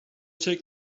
take